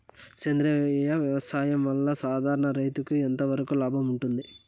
సేంద్రియ వ్యవసాయం వల్ల, సాధారణ రైతుకు ఎంతవరకు లాభంగా ఉంటుంది?